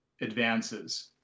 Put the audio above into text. advances